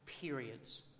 periods